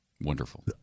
wonderful